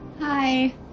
Hi